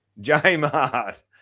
J-Mart